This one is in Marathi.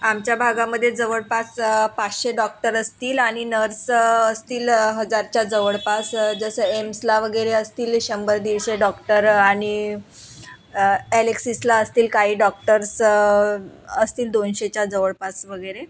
आमच्या भागामध्ये जवळपास पाचशे डॉक्टर असतील आणि नर्स असतील हजारच्या जवळपास जसं एम्सला वगैरे असतील शंभर दिडशे डॉक्टर आणि एलेक्सिसला असतील काही डॉक्टर्स असतील दोनशेच्या जवळपास वगैरे